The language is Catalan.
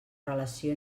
relació